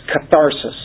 catharsis